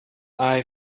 eye